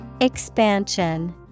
Expansion